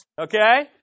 okay